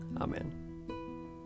Amen